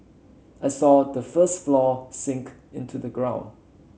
I saw the first floor sink into the ground